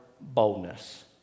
boldness